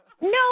No